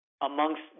amongst